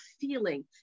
feeling